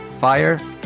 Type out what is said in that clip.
fire